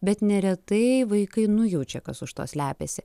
bet neretai vaikai nujaučia kas už to slepiasi